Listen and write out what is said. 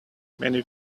many